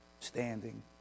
standing